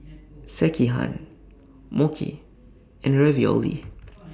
Sekihan Mochi and Ravioli